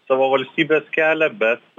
savo valstybės kelią bet